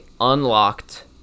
unlocked